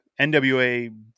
NWA